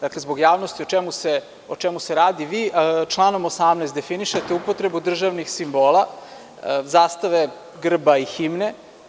Dakle, zbog javnosti, o čemu se radi, vi članom 18. definišete upotrebu državnih simbola, zastave, grba i himne.